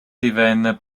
divenne